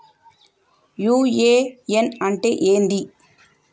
UAN అంటే ఏంది?